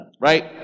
Right